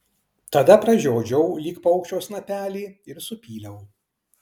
tada pražiodžiau lyg paukščio snapelį ir supyliau